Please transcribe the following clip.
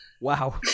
Wow